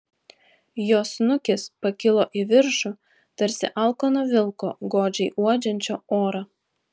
jo snukis pakilo į viršų tarsi alkano vilko godžiai uodžiančio orą